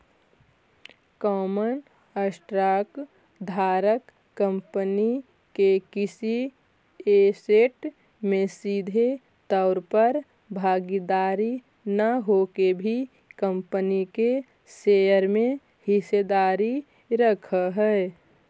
common stock धारक company के किसी ऐसेट में सीधे तौर पर भागीदार न होके भी कंपनी के शेयर में हिस्सेदारी रखऽ हइ